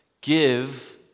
give